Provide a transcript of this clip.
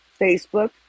Facebook